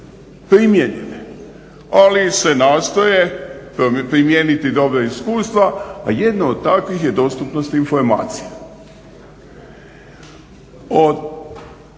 primijenjene, ali se nastoje primijeniti dobra iskustva, a jedno od takvih je dostupnost informacija.